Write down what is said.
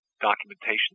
documentation